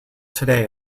today